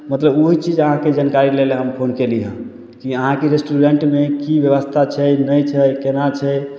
मतलब ओइ चीज अहाँके जानकारी लै लए हम फोन कयलीहँ कि अहाँके रेस्टोरेन्टमे की व्यवस्था छै नहि छै केना छै